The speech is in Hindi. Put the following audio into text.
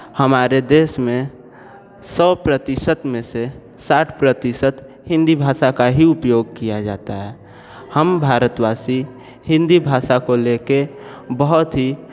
हमारे देश में सौ प्रतिशत में से साठ प्रतिशत हिंदी भाषा का ही उपयोग किया जाता है हम भारतवासी हिंदी भाषा को ले कर बहुत ही